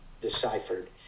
deciphered